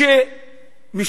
היהודית, ובאורח חייה.